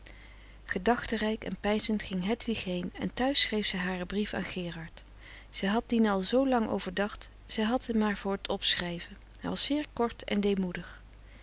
gedachtenrijk en peinzend ging hedwig heen en thuis schreef zij haren brief aan gerard zij had dien al zoo lang overdacht zij had hem maar voor t opschrijven hij was zeer kort en